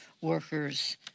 workers